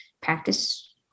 practice